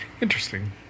Interesting